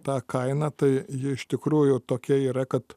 tą kainą tai ji iš tikrųjų tokia yra kad